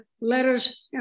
letters